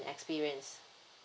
experience